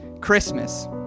Christmas